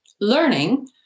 Learning